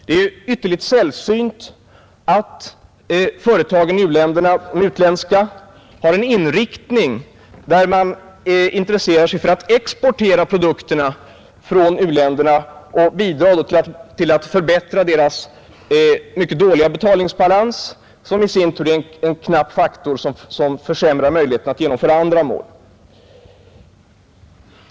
Det är ytterligt sällsynt att de utländska företagen i u-länderna har en inriktning som innebär att de intresserar sig för att exportera produkterna från u-länderna och bidra till att förbättra sin mycket dåliga betalningsbalans, som i sin tur är en knapphetsfaktor som försämrar möjligheterna att genomföra andra mål.